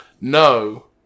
No